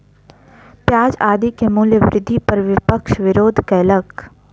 प्याज आदि के मूल्य वृद्धि पर विपक्ष विरोध कयलक